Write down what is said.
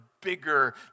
bigger